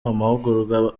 amahugurwa